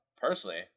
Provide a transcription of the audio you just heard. personally